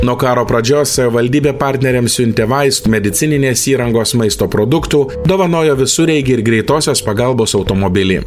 nuo karo pradžios savivaldybė partneriams siuntė vaistų medicininės įrangos maisto produktų dovanojo visureigį ir greitosios pagalbos automobilį